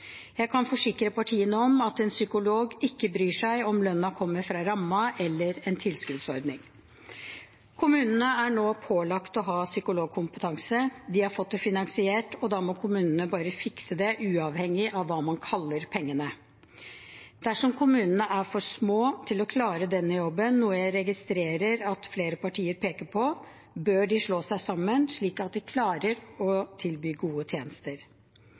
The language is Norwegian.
Jeg kan forsikre partiene om at en psykolog ikke bryr seg om lønnen kommer fra rammen eller en tilskuddsordning. Kommunene er nå pålagt å ha psykologkompetanse. De har fått det finansiert, og da må kommunene bare fikse det, uavhengig av hva man kaller pengene. Dersom kommunene er for små til å klare denne jobben, noe jeg registrerer at flere partier peker på, bør de slå seg sammen, slik at de klarer å tilby gode tjenester.